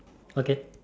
okay